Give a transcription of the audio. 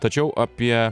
tačiau apie